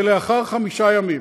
ולאחר חמישה ימים.